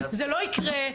זה לא יקרה.